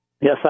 Yes